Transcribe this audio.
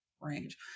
range